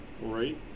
Right